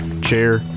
chair